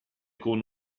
con